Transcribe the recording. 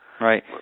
Right